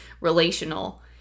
relational